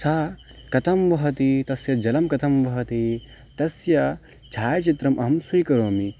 सा कथं वहति तस्य जलं कथं वहति तस्य छायचित्रम् अहं स्वीकरोमि